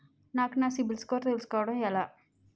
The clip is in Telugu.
నాకు నా సిబిల్ స్కోర్ తెలుసుకోవడం ఎలా?